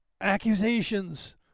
accusations